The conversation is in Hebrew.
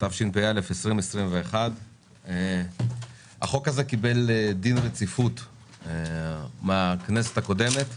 התשפ"א 2021. החוק הזה קיבל דין רציפות מהכנסת הקודמת,